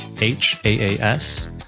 H-A-A-S